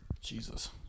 Jesus